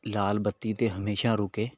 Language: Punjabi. ਲਾਲ ਬੱਤੀ 'ਤੇ ਹਮੇਸ਼ਾ ਰੁਕੇ